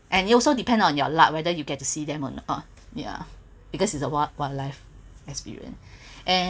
and it also depends on your luck whether you get to see them or not ya because it's a wild wildlife experience and